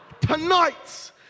Tonight